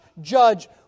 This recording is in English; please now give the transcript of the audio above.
judge